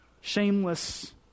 Shameless